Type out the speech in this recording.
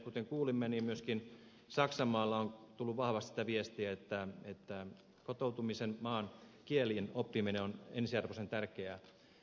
kuten kuulimme myöskin saksanmaalta on tullut vahvasti sitä viestiä että kotoutumisessa maan kielien oppiminen on ensiarvoisen tärkeää